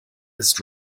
ist